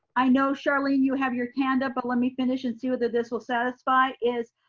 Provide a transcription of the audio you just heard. i know charlene you have your hand up but let me finish and see whether this will satisfy is.